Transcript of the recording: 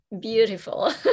beautiful